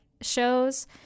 shows